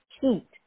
heat